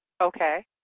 okay